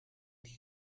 die